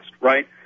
right